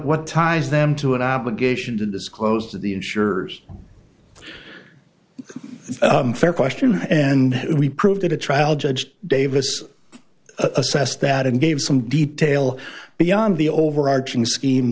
what ties them to an obligation to disclose to the insurers a fair question and we proved that a trial judge davis assessed that and gave some detail beyond the overarching scheme